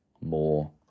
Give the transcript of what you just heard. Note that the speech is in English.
more